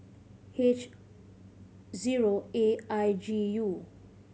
H zero A I G U